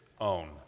own